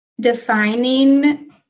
defining